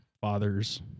fathers